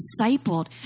discipled